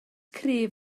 cryf